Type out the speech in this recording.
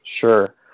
Sure